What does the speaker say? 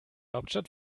hauptstadt